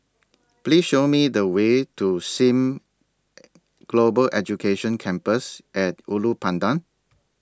Please Show Me The Way to SIM Global Education Campus At Ulu Pandan